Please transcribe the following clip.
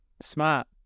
Smart